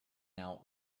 out